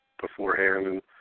beforehand